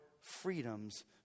freedoms